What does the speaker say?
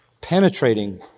penetrating